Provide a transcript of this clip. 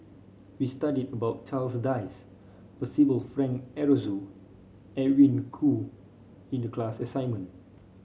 we studied about Charles Dyce Percival Frank Aroozoo Edwin Koo in the class assignment